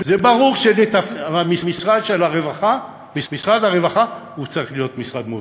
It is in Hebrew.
ברור שמשרד הרווחה צריך להיות משרד מוביל,